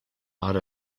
out